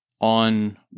on